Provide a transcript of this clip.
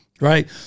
right